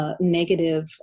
Negative